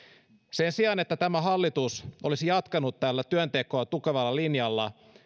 sen sijaan että tämä hallitus olisi jatkanut tällä työntekoa tukevalla linjalla